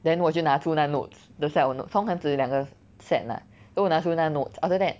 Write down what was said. then 我就拿出来那 nodes the set of notes 通常只是两个 set ah then 我拿出那个 notes after that